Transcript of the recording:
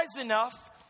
enough